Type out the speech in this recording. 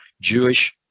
Jewish